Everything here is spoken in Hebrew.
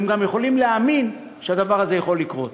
והם גם יכולים להאמין שהדבר הזה יכול לקרות.